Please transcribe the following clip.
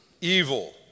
Evil